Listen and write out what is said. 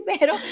Pero